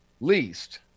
least